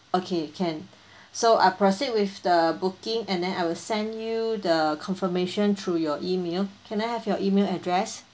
okay can so I'll proceed with the booking and then I will send you the confirmation through your email can I have your email address